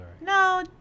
No